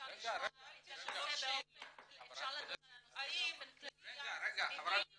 שאלתי שלוש שאלות, האם --- רגע, חברת הכנסת,